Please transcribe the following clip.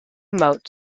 motte